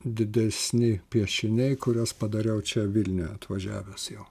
didesni piešiniai kuriuos padariau čia vilniuje atvažiavęs jau